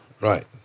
Right